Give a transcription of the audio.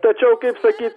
tačiau kaip sakyt